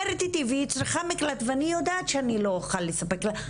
וצריכה מקלט ואני יודעת שלא אוכל לספק לה,